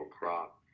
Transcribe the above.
crop